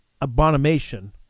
abomination